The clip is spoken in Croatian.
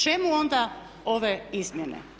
Čemu onda ove izmjene?